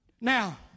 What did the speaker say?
Now